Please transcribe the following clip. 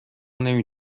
نمی